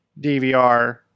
DVR